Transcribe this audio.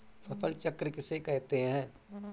फसल चक्र किसे कहते हैं?